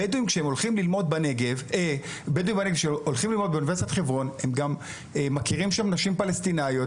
כשהבדואים הולכים ללמוד באוניברסיטת חברון הם מכירים נשים פלסטיניות.